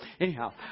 Anyhow